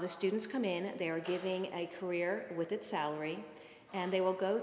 the students come in and they are giving a career with a salary and they will go